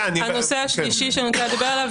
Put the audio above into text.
הנושא השלישי שאני רוצה לנדבר עליו,